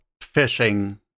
fishing